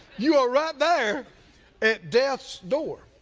you are right there at death's door.